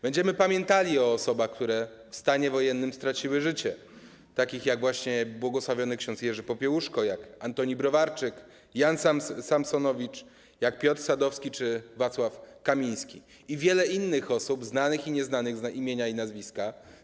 Będziemy pamiętali o osobach, które w stanie wojennym straciły życie, takich jak błogosławiony ks. Jerzy Popiełuszko, jak Antoni Browarczyk, Jan Samsonowicz, jak Piotr Sadowski czy Wacław Kamiński i wiele innych osób znanych i nieznanych z imienia i nazwiska.